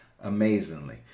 amazingly